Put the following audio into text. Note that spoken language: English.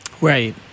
right